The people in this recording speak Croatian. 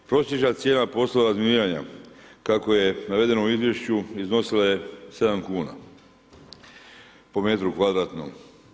Prosječna cijena poslova razminiranja, kako je navedeno u izvješću iznosila je 7 kuna po metru kvadratnom.